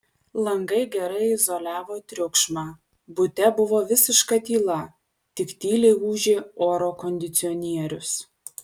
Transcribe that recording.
langai gerai izoliavo triukšmą bute buvo visiška tyla tik tyliai ūžė oro kondicionierius